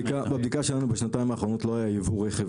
בבדיקה שלנו בשנתיים האחרונות לא היה יבוא רכב